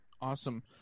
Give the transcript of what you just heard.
Awesome